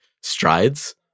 strides